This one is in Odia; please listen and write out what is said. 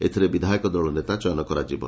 ଏଥିରେ ବିଧାୟକ ଦଳ ନେତା ଚୟନ କରାଯିବ